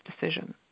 decision